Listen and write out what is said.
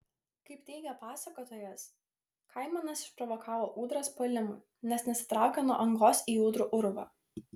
kaip teigia pasakotojas kaimanas išprovokavo ūdras puolimui nes nesitraukė nuo angos į ūdrų urvą